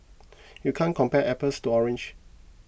you can't compare apples to oranges